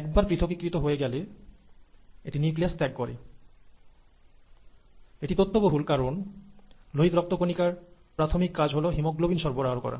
একবার পৃথকীকৃত হয়ে গেলে এটি নিউক্লিয়াস ত্যাগ করে এটি তথ্য বহুল কারণ লোহিত রক্ত কণিকার প্রাথমিক কাজ হল হিমোগ্লোবিন সরবরাহ করা